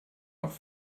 auch